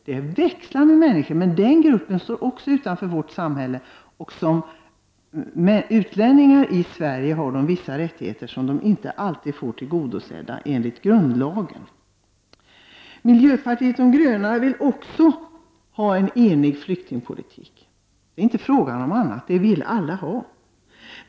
Det är en blandad grupp av människor som också står utanför vårt samhälle, men som utlänningar i Sverige har de vissa rättigheter enligt grundlagen som de inte alltid får tillgodosedda. Också miljöpartiet de gröna vill ha en enig flyktingpolitik. Det är inte fråga om annat. Det vill alla ha.